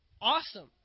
awesome